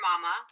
mama